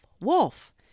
Wolf